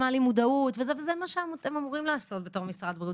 הם מעלים מודעות וזה מה שאתם אמורים לעשות במשרד הבריאות,